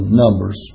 numbers